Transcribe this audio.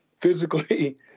physically